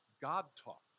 God-talk